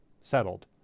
settled